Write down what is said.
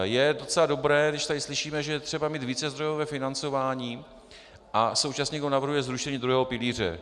Je docela dobré, když tady slyšíme, že je třeba mít vícezdrojové financování, a současně někdo navrhuje zrušení druhého pilíře.